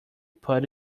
put